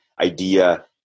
idea